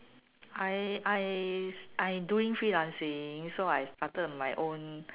I I I doing freelancing so I started my own